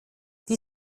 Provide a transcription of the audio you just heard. die